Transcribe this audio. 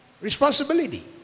Responsibility